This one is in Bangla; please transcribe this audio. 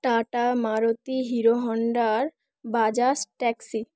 টাটা মারুতি হিরো হন্ডার বাজাজ ট্যাক্সি